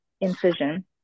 incision